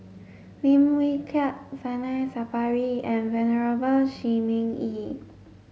Lim Wee Kiak Zainal Sapari and Venerable Shi Ming Yi